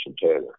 Taylor